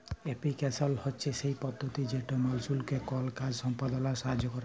application হছে সেই পদ্ধতি যেট মালুসকে কল কাজ সম্পাদলায় সাহাইয্য ক্যরে